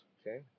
okay